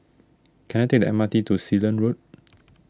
can I take the M R T to Sealand Road